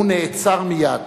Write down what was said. הוא נעצר מייד.